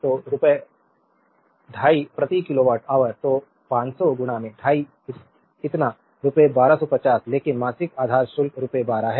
तो रुपये 25 प्रति किलोवाट ऑवर तो 500 25 इतना रुपये 1250 लेकिन मासिक आधार शुल्क रुपये 12 है